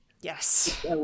Yes